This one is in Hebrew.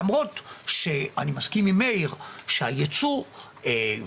למרות שאני מסכים עם מאיר שהייצוא וייצוא